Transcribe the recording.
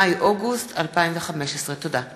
מאי אוגוסט 2015. תודה.